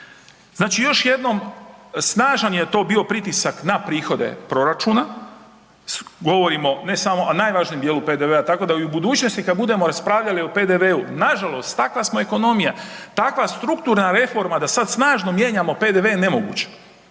Znači još jednom, snažan je to bio pritisak na prihode proračuna, govorimo, ne samo, a najvažnijem dijelu PDV-a, tako da i u budućnosti budemo raspravljali nažalost takva smo ekonomija, takva strukturna reforma da sada snažno mijenjamo PDV je nemoguća,